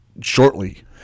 shortly